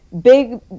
Big